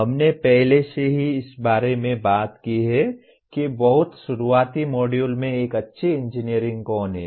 हमने पहले से ही इस बारे में बात की है कि बहुत शुरुआती मॉड्यूल में एक अच्छी इंजीनियरिंग कौन है